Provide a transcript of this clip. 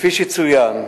כפי שצוין,